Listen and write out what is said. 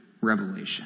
revelation